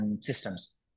systems